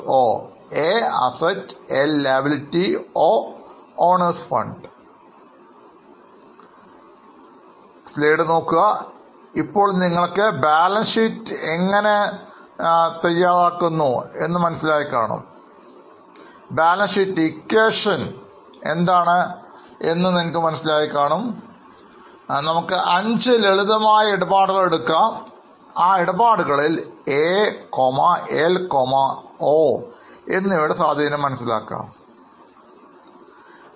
A L O Where A Assets L Liability and O owner's fund ഇപ്പോൾ നിങ്ങൾക്ക് balance sheet എങ്ങനെ തയ്യാറാക്കുന്നത് എന്ന് മനസ്സിലാക്കണം അതിനായി 5 ലളിതമായ ഇടപാടുകൾ എടുക്കാം ഈ ഇടപാടുകളിൽ ALO എന്നിവയുടെ സ്വാധീനം മനസ്സിലാക്കാൻ ശ്രമിക്കുക